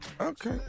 Okay